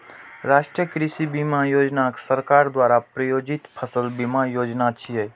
राष्ट्रीय कृषि बीमा योजना सरकार द्वारा प्रायोजित फसल बीमा योजना छियै